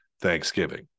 Thanksgiving